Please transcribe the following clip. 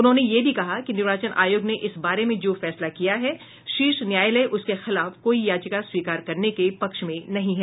उन्होंने यह भी कहा कि निर्वाचन आयोग ने इस बार में जो फैसला किया है शीर्ष न्यायालय उसके खिलाफ कोई याचिका स्वीकार करने के पक्ष में नहीं है